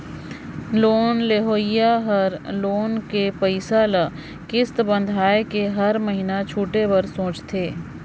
loan लेहोइया हर loan कर पइसा ल किस्त बंधवाए के हर महिना छुटे बर सोंचथे